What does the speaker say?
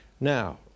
Now